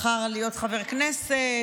בחר להיות חבר כנסת,